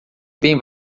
bem